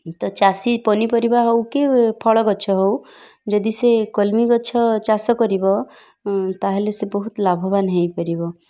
ତ ଚାଷୀ ପନିପରିବା ହଉ କି ଫଳ ଗଛ ହଉ ଯଦି ସେ କଲ୍ମି ଗଛ ଚାଷ କରିବ ତା'ହେଲେ ସେ ବହୁତ ଲାଭବାନ ହେଇପାରିବ